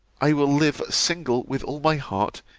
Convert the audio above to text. i will live single with all my heart,